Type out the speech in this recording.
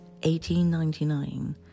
1899